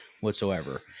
whatsoever